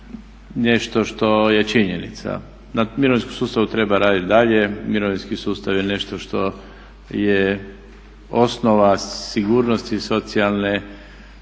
nešto što je činjenica. Na mirovinskom sustavu treba raditi i dalje, mirovinski sustav je nešto što je osnova sigurnosti socijalne,